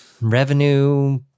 revenue